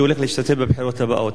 שהולך להשתתף בבחירות הבאות.